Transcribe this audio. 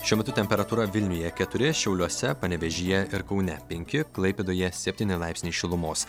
šiuo metu temperatūra vilniuje keturi šiauliuose panevėžyje ir kaune penki klaipėdoje septyni laipsniai šilumos